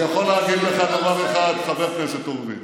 אני יכול להגיד לך דבר אחד, חבר הכנסת הורוביץ: